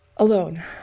alone